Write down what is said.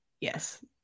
Yes